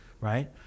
right